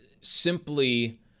simply